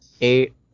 eight